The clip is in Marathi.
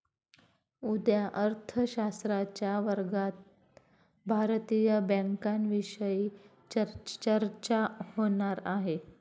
उद्या अर्थशास्त्राच्या वर्गात भारतीय बँकांविषयी चर्चा होणार आहे